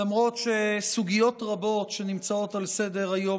למרות שסוגיות רבות שנמצאות על סדר-היום